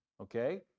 Okay